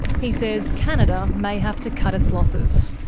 he says canada may have to cut its losses.